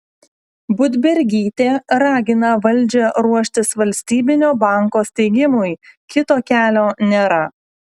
budbergytė ragina valdžią ruoštis valstybinio banko steigimui kito kelio nėra